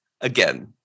again